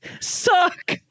suck